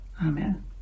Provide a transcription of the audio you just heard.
Amen